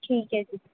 ਠੀਕ ਹੈ ਜੀ